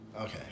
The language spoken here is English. Okay